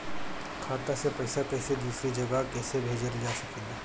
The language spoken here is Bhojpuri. खाता से पैसा कैसे दूसरा जगह कैसे भेजल जा ले?